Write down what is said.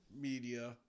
media